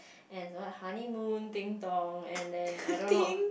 and what honeymoon ding-dong and then I don't know